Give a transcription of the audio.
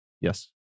Yes